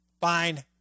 fine